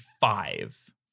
five